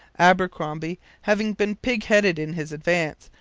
abercromby, having been pig-headed in his advance,